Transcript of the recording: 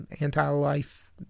anti-life